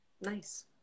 Nice